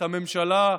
את הממשלה,